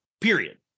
Period